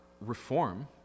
reform